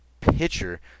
pitcher